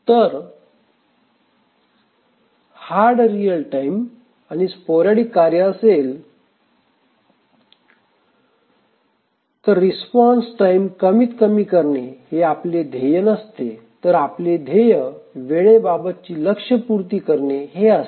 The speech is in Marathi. तर हार्ड रियल टाइम आणि स्पोरॅडिक कार्य असेल तर रिस्पॉन्स टाईम कमीत कमी करणे हे आपले ध्येय नसते तर आपले ध्येय वेळेबाबतची लक्ष पूर्ती करणे हे असते